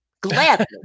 Gladly